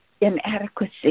inadequacy